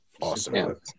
awesome